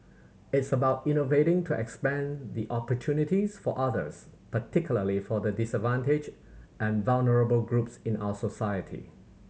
it's about innovating to expand the opportunities for others particularly for the disadvantaged and vulnerable groups in our society